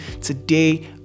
today